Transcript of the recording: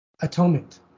atonement